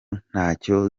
ntacyo